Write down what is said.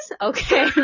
Okay